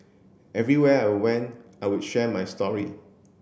everywhere I went I would share my story